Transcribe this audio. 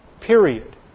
Period